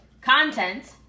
content